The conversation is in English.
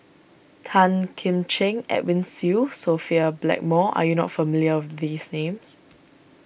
Tan Kim Ching Edwin Siew Sophia Blackmore are you not familiar with these names